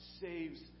saves